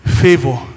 Favor